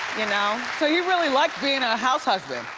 you know so, he really liked being a house husband.